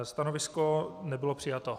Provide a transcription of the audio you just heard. Stanovisko nebylo přijato.